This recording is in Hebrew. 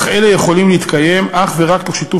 אך אלה יכולים להתקיים אך ורק תוך שיתוף